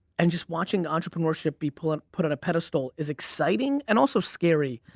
and just watching the entrepreneurship be put on put on a pedestal is exciting and also scary.